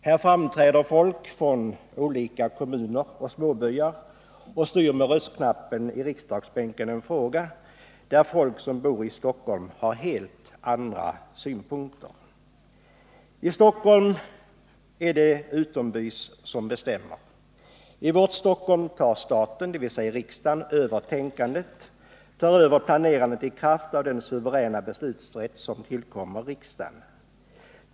Här framträder folk från olika kommuner och småbyar och styr med röstknappen i riksdagsbänken en fråga där folk som bor i Stockholm har andra synpunkter. I Stockholm är det utombys folk som bestämmer. I vårt Stockholm tar staten — dvs. riksdagen — över tänkandet och planerandet i kraft av den suveräna beslutsrätt som tillkommer riksdagen.